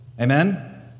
Amen